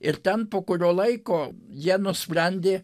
ir ten po kurio laiko jie nusprendė